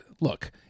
look